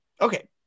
Okay